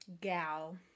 Gal